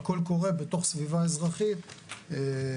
והכול קורה בתוך סביבה אזרחית מגוונת.